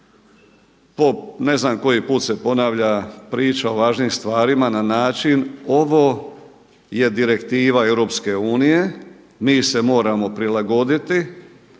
po ne znam koji put se ponavlja priča o važnim stvarima na način ovo je direktiva EU, mi se moramo prilagoditi